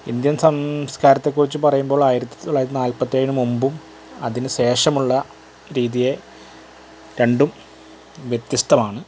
Indian സംസ്കാരത്തെയും കുറിച്ചു പറയുമ്പോൾ ആയിരത്തി തൊള്ളായിരത്തി നാൽപ്പത്തേഴ് മുൻപും അതിനു ശേഷമുള്ള രീതിയെ രണ്ടും വ്യത്യസ്തമാണ്